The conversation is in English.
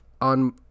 on